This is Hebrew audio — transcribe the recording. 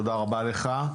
תודה רבה לך.